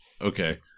Okay